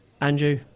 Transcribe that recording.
Andrew